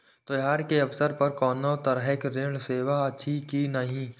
त्योहार के अवसर पर कोनो तरहक ऋण सेवा अछि कि नहिं?